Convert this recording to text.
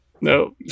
no